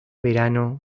verano